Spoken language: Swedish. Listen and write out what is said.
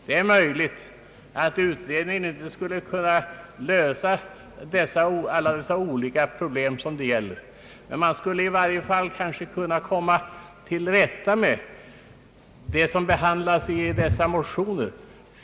Det är möjligt att utredningen inte skulle kunna lösa alla de olika problem det gäller, men man kanske i varje fall skulle kunna komma till rätta med det som behandlas i dessa motioner.